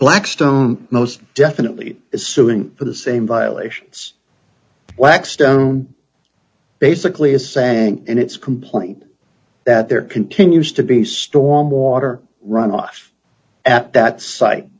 blackstone most definitely suing for the same violations blackstone basically is saying in its complaint that there continues to be storm water runoff at that site